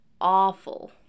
awful